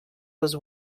was